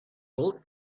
old